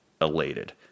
elated